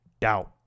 Doubt